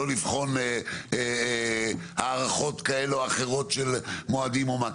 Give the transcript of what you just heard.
לא לבחון הארכות כאלה ואחרות של מועדים או מה,